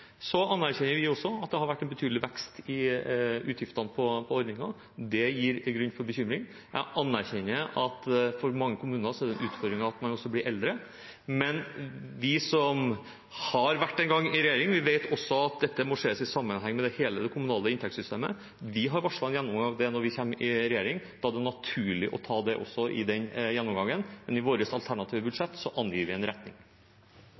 vi anerkjenner at det har vært en betydelig vekst i utgiftene til ordningen, og det gir grunn til bekymring. Jeg anerkjenner at for mange kommuner er det en utfordring at man også blir eldre. Men vi som en gang har vært i regjering, vet også at dette må ses i sammenheng med hele det kommunale inntektssystemet. Vi har varslet en gjennomgang av det når vi kommer i regjering. Da er det naturlig å ta med også det i den gjennomgangen, men i vårt alternative budsjett angir vi en retning.